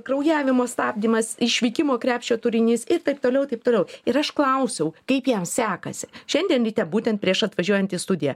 kraujavimo stabdymas išvykimo krepšio turinys ir taip toliau taip toliau ir aš klausiau kaip jam sekasi šiandien ryte būtent prieš atvažiuojant į studiją